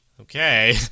okay